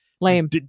Lame